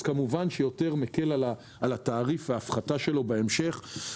זה מקל על התעריף וההפחתה שלו בהמשך.